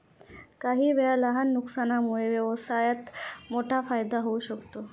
काहीवेळा लहान नुकसानामुळे व्यवसायात मोठा फायदा होऊ शकतो